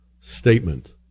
statement